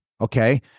Okay